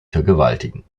vergewaltigen